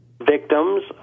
victims